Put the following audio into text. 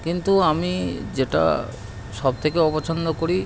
কিন্তু আমি যেটা সবথেকে অপছন্দ করি